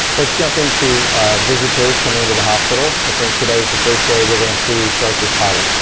let's jump into visitors coming into the hospital, i think today's the first day we're going to to start this pilot.